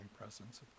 presence